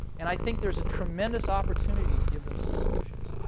and i think there's a tremendous opportunity to give them some solutions.